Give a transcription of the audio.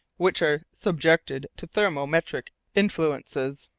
which are subjected to thermometric influences.